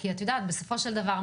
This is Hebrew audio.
כי את יודעת בסופו של דבר,